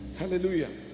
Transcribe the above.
hallelujah